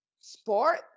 sport